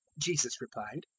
jesus replied,